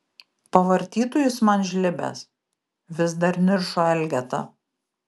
pavartytų jis man žlibes vis dar niršo elgeta